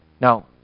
Now